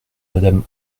madame